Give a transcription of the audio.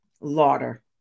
lauder